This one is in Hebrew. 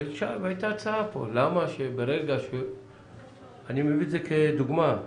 אני מביא את זה כדוגמה.